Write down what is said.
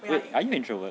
wait are you introvert